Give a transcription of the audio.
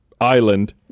Island